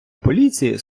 поліції